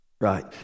Right